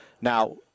Now